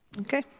okay